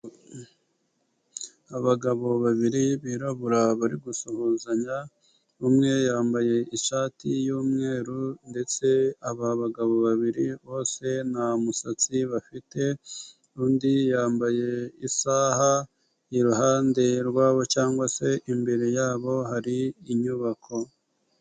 Abagabo babiri birabura bari gusuhuzanya, umwe yambaye ishati y'umweru ndetse aba bagabo babiri bose nta musatsi bafite, undi yambaye isaha iruhande rwabo cyangwa se imbere yabo hari inyubako.